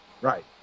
right